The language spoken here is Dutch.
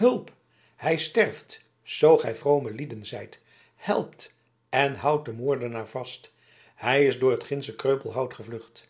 hulp hij sterft zoo gij vrome lieden zijt helpt en houdt den moordenaar vast hij is door het gindsche kreupelhout gevlucht